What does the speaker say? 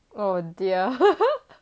oh dear